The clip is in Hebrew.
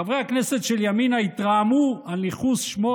חברי הכנסת של ימינה התרעמו על ניכוס שמו